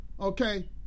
Okay